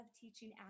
teaching